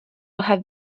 have